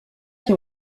qui